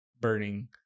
burning